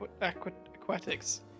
Aquatics